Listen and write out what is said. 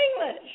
English